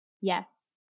yes